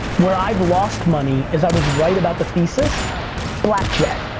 where i've lost money is i was right about the thesis black jet,